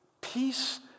Peace